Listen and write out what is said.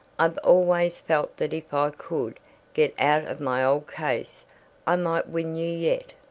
i've always felt that if i could get of my old case i might win you yet.